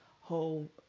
whole